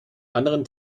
anderen